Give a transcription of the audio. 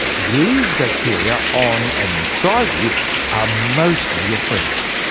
these bacteria on and inside you are mostly your friends,